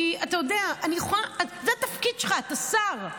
כי זה התפקיד שלך, אתה שר.